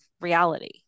reality